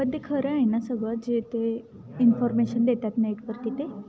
पण ते खरं आहे ना सगळं जे ते इन्फॉर्मेशन देतात नेटवर तिथे